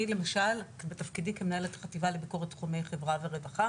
אני למשל בתפקידי כמנהלת ביקורת לתחומי חברה ורווחה